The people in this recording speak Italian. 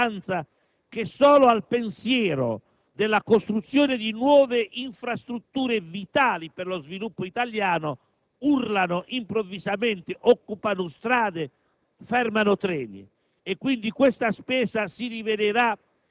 che vi sono interi settori della maggioranza che solo al pensiero della costruzione di nuove infrastrutture vitali per lo sviluppo italiano urlano improvvisamente, occupano strade,